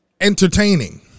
Entertaining